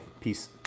Peace